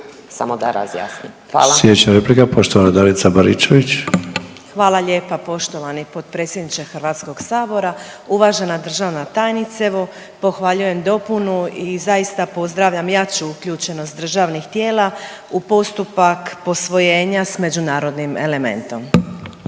samo da razjasnim. Hvala.